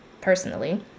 personally